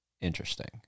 interesting